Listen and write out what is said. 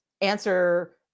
answer